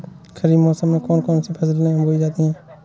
खरीफ मौसम में कौन कौन सी फसलें बोई जाती हैं?